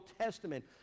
testament